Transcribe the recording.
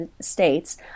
states